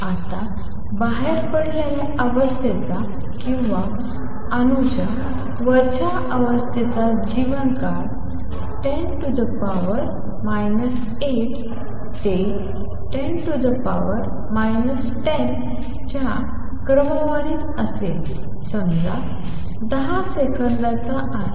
आता बाहेर पडलेल्या अवस्थेचा किंवा अणूच्या वरच्या अवस्थेचा जीवनकाळ〖10 8 ते 10 10 च्या क्रमवारीत असेल समजा १० सेकंदांचा आहे